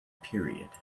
period